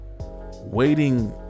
Waiting